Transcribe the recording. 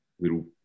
little